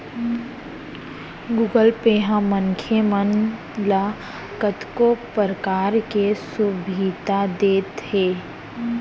Google Pay ह मनखे मन ल कतको परकार के सुभीता देत हे